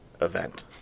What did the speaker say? event